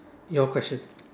your question